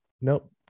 Nope